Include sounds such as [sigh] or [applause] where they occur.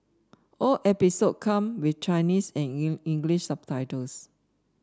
all episode come with Chinese and [unintelligible] English subtitles